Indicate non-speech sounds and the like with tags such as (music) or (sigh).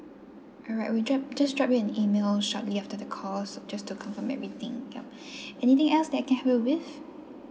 alright we drop just drop you an email shortly after the cost just to confirm everything yup (breath) anything else that can help you with